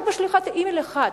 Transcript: רק בשליחת אימייל אחד,